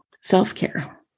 Self-care